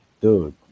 dude